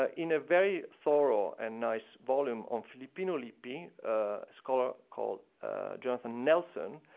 ah in a very thorough and nice volume on filippino lippi, a scholar called jonathan nelson